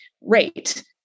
rate